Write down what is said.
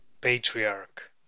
patriarch